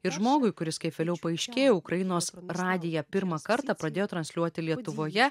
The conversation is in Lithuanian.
ir žmogui kuris kaip vėliau paaiškėjo ukrainos radiją pirmą kartą pradėjo transliuoti lietuvoje